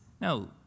no